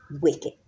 wicked